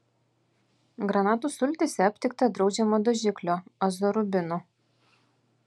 granatų sultyse aptikta draudžiamo dažiklio azorubino